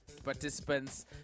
Participants